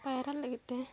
ᱯᱟᱭᱨᱟ ᱞᱟᱹᱜᱤᱫ ᱛᱮ